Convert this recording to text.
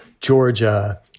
Georgia